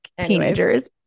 Teenagers